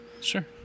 Sure